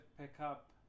pickup